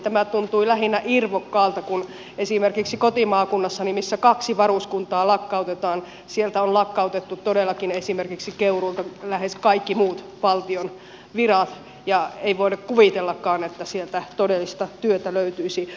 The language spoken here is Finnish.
tämä tuntui lähinnä irvokkaalta kun esimerkiksi kotimaakunnastani missä kaksi varuskuntaa lakkautetaan on lakkautettu todellakin esimerkiksi keuruulta kaikki muut valtion virat ja ei voida kuvitellakaan että sieltä todellista työtä löytyisi